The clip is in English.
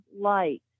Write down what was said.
light